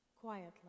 quietly